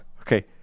okay